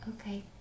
Okay